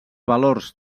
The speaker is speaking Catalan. valors